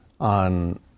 on